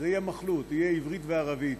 אבל המפגש, (אומר בערבית: